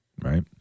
Right